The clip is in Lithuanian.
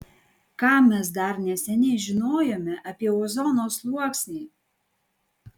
ką mes dar neseniai žinojome apie ozono sluoksnį